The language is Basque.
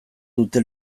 dute